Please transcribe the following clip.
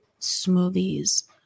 smoothies